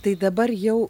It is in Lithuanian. tai dabar jau